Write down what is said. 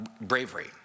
bravery